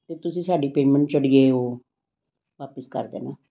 ਅਤੇ ਤੁਸੀਂ ਸਾਡੀ ਪੇਮੈਂਟ ਜਿਹੜੀ ਹੈ ਉਹ ਵਾਪਸ ਕਰ ਦੇਣਾ